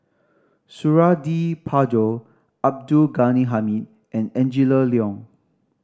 Suradi Parjo Abdul Ghani Hamid and Angela Liong